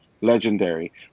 Legendary